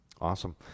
awesome